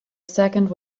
second